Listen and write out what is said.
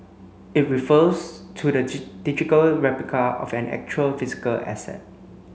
it refers to the digital replica of an actual physical asset